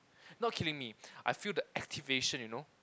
not killing me I feel the activation you know